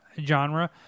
genre